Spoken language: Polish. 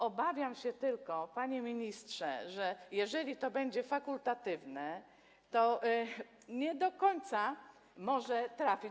Obawiam się tylko, panie ministrze, że jeżeli to będzie fakultatywne, to nie do końca to może trafić.